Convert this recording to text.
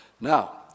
Now